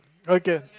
okay